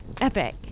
epic